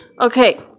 okay